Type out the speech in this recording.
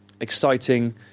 exciting